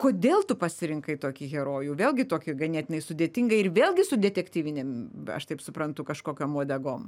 kodėl tu pasirinkai tokį herojų vėlgi tokį ganėtinai sudėtingą ir vėlgi su detektyvinėm aš taip suprantu kažkokiom uodegom